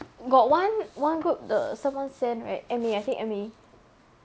got one one group 的 someone sent right M_A I think M_A